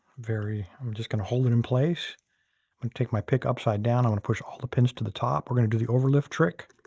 i'm just going hold it in place and take my pick upside down. i'm going push all the pins to the top. we're going to do the over lift trick.